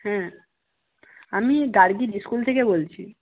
হ্যাঁ আমি গার্গীর স্কুল থেকে বলছি